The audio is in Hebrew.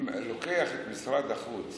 לוקח את משרד החוץ